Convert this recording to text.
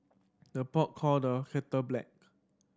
the pot call the kettle black